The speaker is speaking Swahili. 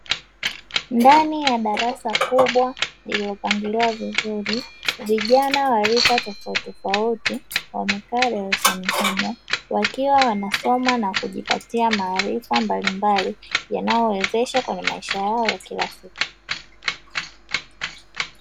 Ndani ya darasa kubwa lililopangiliwa vizuri, vijana wa rika tofauti tofauti wamekaa darasani humo. Wakiwa wanasoma na kujipatia maarifa mbalimbali yanaowawezesha kwenye maisha yao ya kila siku.